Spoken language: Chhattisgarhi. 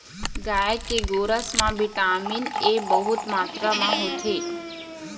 गाय के गोरस म बिटामिन ए बहुत मातरा म होथे